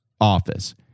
office